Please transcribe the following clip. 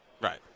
Right